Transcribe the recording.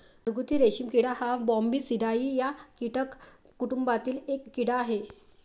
घरगुती रेशीम किडा हा बॉम्बीसिडाई या कीटक कुटुंबातील एक कीड़ा आहे